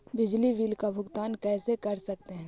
बिजली बिल का भुगतान कैसे कर सकते है?